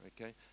okay